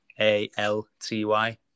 A-L-T-Y